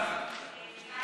רק תגיד לי